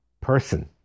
person